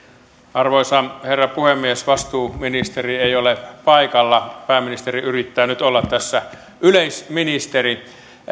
arvoisa herra puhemies vastuuministeri ei ole paikalla pääministeri yrittää nyt olla tässä yleisministeri